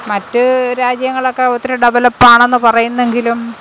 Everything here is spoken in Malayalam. മറ്റ് രാജ്യങ്ങളൊക്കെ ഒത്തിരി ഡെവലപ്പാണെന്ന് പറയുന്നെങ്കിലും